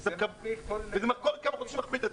וזה כל כמה חודשים מכפיל את עצמו.